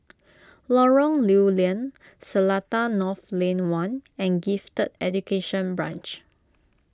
Lorong Lew Lian Seletar North Lane one and Gifted Education Branch